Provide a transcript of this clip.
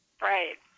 Right